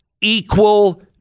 equal